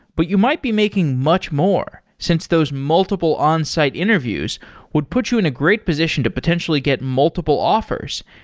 but you might be making much more since those multiple onsite interviews would put you in a great position to potentially get multiple offers,